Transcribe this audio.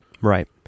Right